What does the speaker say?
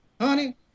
honey